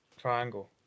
Triangle